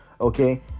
Okay